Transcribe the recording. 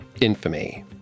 infamy